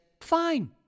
fine